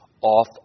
off